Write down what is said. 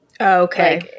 Okay